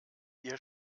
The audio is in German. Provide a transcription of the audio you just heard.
ihr